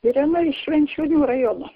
irena iš švenčionių rajono